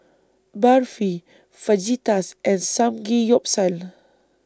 Barfi Fajitas and Samgeyopsal